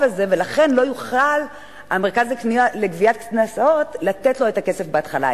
הזה ולכן לא יוכל המרכז לגביית קנסות לתת לו את הכסף בהתחלה.